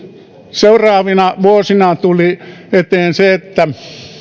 seuraavina vuosina tuli eteen se että